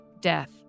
death